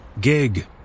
gig